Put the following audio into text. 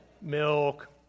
milk